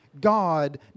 God